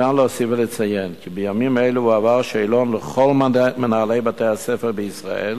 ניתן להוסיף ולציין כי בימים אלו הועבר שאלון לכל מנהלי בתי-הספר בישראל